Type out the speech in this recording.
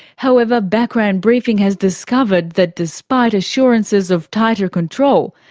however, background briefing has discovered that despite assurances of tighter control,